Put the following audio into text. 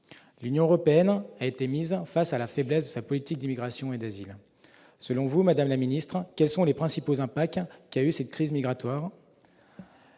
L'Union européenne a été mise face à la faiblesse de sa politique d'immigration et d'asile. Selon vous, madame la ministre, quels sont les principaux impacts de cette crise migratoire ?